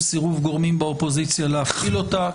סירוב גורמים באופוזיציה להפעיל אותה.